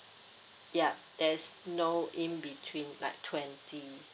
ya there's no in between like twenty